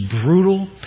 brutal